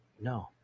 no